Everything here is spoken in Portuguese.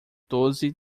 doze